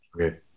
Okay